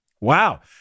wow